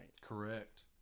Correct